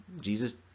Jesus